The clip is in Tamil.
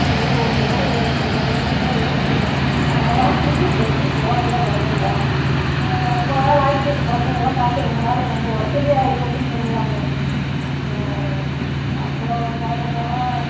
இந்த மூணு வருஷத்துல என் கொஞ்சம் ஃப்ரெண்ட்ஷிப்லாம் விட்டுருச்சுங்க அதனால் எங்கேயும் போவதில்ல வர்றதில்லை ரொம்ப நாளாச்சு ஃப்ரெண்ட்டுங்கள்லாம் பார்த்து ரொம்ப நாள் ரொம்ப வருஷம் ஆகிப் போச்சுன்னு சொல்லலாம்ங்க அப்புறம் பார்க்க போனால்